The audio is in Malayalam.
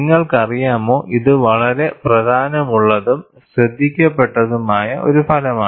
നിങ്ങൾക്കറിയാമോ ഇത് വളരെ പ്രധാനമുള്ളതും ശ്രദ്ധിക്കപ്പെട്ടതുമായ ഒരു ഫലമാണ്